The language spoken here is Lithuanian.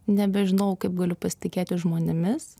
nebežinojau kaip galiu pasitikėti žmonėmis